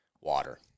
water